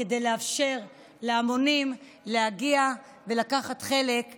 כדי לאפשר להמונים להגיע ולקחת חלק בהלוויה.